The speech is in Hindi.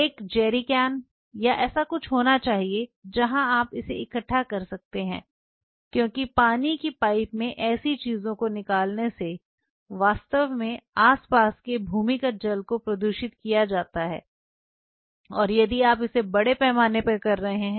एक जेरेकैन या ऐसा कुछ होना चाहिए जहां आप इसे इकट्ठा कर सकते हैं क्योंकि पानी की पाइप में ऐसी चीजों को निकालने से वास्तव में आसपास के भूमिगत जल को प्रदूषित किया जा सकता है यदि आप इसे बड़े पैमाने पर कर रहे हैं